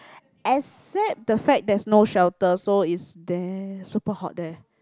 except the fact there's no shelter so is there super hot there